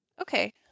Okay